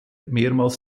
mehrmals